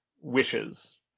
wishes